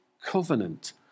covenant